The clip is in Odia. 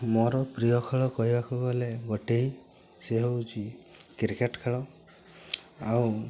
ମୋର ପ୍ରିୟ ଖେଳ କହିବାକୁ ଗଲେ ଗୋଟେ ସିଏ ହେଉଛି କ୍ରିକେଟ୍ ଖେଳ ଆଉ